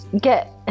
get